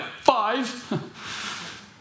Five